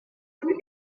plus